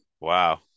Wow